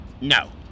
No